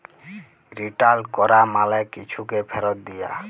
return ক্যরা মালে কিছুকে ফিরত দিয়া